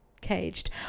caged